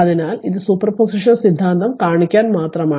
അതിനാൽ ഇത് superposition സിദ്ധാന്തം കാണിക്കാൻ മാത്രമാണ്